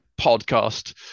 podcast